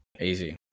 easy